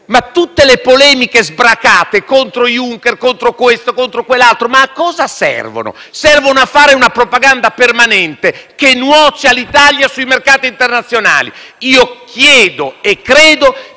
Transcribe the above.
tutte le polemiche sbracate contro Juncker, contro questo e quell'altro? Servono a fare una propaganda permanente che nuoce all'Italia sui mercati internazionali. Chiedo e credo